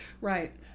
Right